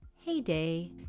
heyday